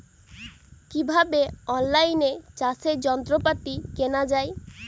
কিভাবে অন লাইনে চাষের যন্ত্রপাতি কেনা য়ায়?